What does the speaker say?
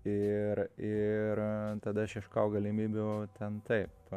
ir ir tada aš ieškojau galimybių ten taip